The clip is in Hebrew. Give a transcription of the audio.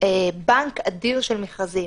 בנק אדיר של מכרזים.